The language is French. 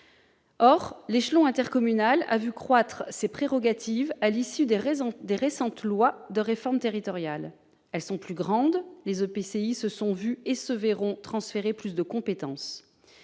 Or l'échelon intercommunal a vu croître ses prérogatives, à l'issue des récentes lois de réforme territoriale. Plus grands, les EPCI se sont vu et se verront transférer plus de compétences.